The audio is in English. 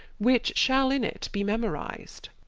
which shall in it be memoriz'd